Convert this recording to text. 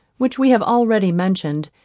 which we have already mentioned,